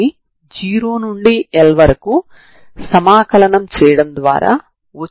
కాబట్టి ఇప్పుడు మీరు సమాకలనం ను η దృష్ట్యా చేయాలి